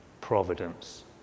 providence